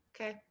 Okay